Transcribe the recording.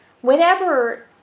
Whenever